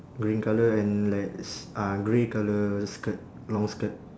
green colour and like s~ uh grey colour skirt long skirt